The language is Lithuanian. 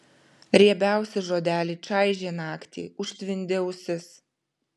riebiausi žodeliai čaižė naktį užtvindė ausis